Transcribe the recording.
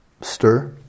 stir